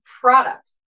product